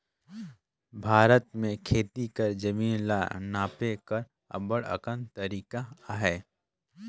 भारत में खेती कर जमीन ल नापे कर अब्बड़ अकन तरीका अहे